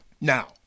Now